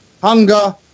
hunger